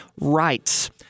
rights